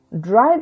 drive